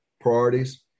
priorities